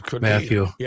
Matthew